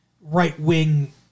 right-wing